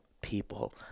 people